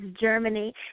Germany